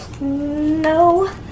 No